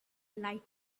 light